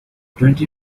twenty